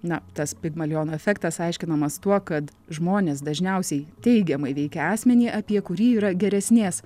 na tas pigmaliono efektas aiškinamas tuo kad žmonės dažniausiai teigiamai veikia asmenį apie kurį yra geresnės